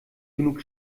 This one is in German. genug